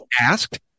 asked